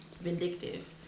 vindictive